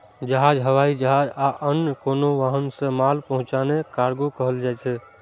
जहाज, हवाई जहाज या आन कोनो वाहन सं माल पहुंचेनाय कार्गो कहल जाइ छै